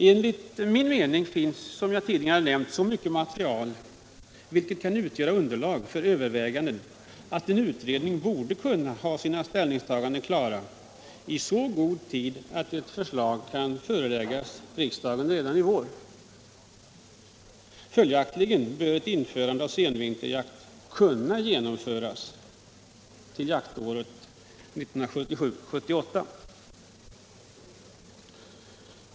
Enligt min mening finns, som jag tidigare nämnt, så mycket material vilket kan utgöra underlag för överväganden att en utredning borde kunna ha sina ställningstaganden klara i så god tid att ett förslag kan föreläggas riksdagen redan i vår. Följaktligen bör ett införande av senvinterjakt kunna genomföras till jaktåret 1977/78.